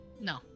No